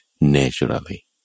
naturally